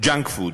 ג'אנק פוד?